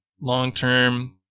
long-term